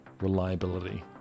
reliability